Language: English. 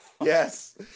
Yes